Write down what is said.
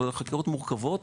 חקירות מורכבות